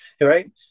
right